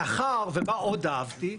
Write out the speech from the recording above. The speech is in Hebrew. ומה עוד אהבתי?